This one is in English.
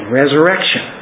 resurrection